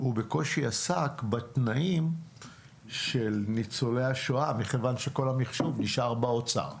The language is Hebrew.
הוא בקושי עסק בתנאים של ניצולי השואה מכיוון שכל המחשוב נשאר באוצר.